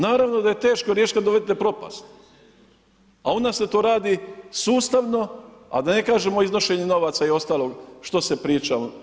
Naravno da je teško riješiti kad dovedete u propast, a onda se to radi sustavno a da ne kažem o iznošenju novaca i ostalog što se priča.